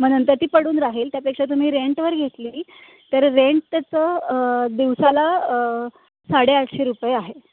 मग नंतर ती पडून राहील त्यापेक्षा तुम्ही रेंटवर घेतली तर रेंट त्याचं दिवसाला साडे आठशे रुपये आहे